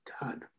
God